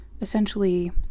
essentially